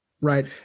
right